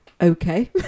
Okay